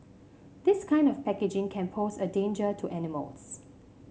this kind of packaging can pose a danger to animals